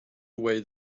away